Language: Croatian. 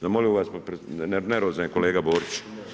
Zamolio bih vas, nervozan je kolega Borić.